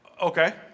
okay